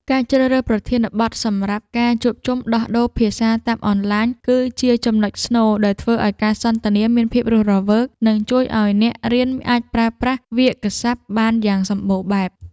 ការជ្រើសរើសប្រធានបទសម្រាប់ការជួបជុំដោះដូរភាសាតាមអនឡាញ គឺជាចំណុចស្នូលដែលធ្វើឱ្យការសន្ទនាមានភាពរស់រវើក និងជួយឱ្យអ្នករៀនអាចប្រើប្រាស់វាក្យសព្ទបានយ៉ាងសម្បូរបែប។